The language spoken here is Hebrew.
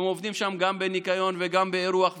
הם עובדים שם גם בניקיון וגם באירוח וכו'.